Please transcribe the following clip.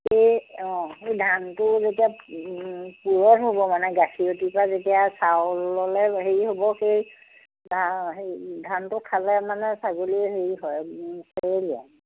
এই অঁ সেই ধানটো যেতিয়া পূৰঠ হ'ব মানে গাখীৰতপা যেতিয়া চাউললৈ হেৰি হ'ব সেই ধানটো খালে মানে ছাগলীয়ে হেৰি হয় চেৱলীয়া